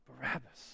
Barabbas